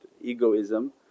egoism